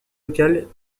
locales